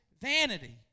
vanity